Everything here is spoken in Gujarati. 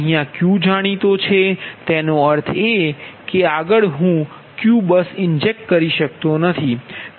અહીયા Q જાણીતો છે તેનો અર્થ એ કે આગળ હું Q બસ ઇન્જેક્ટ કરી શકતો નથી